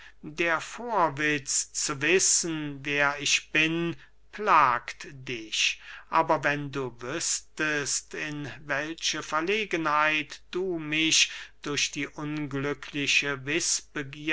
der vorwitz zu wissen wer ich bin plagt dich aber wenn du wüßtest in welche verlegenheit du mich durch die unglückliche